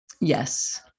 Yes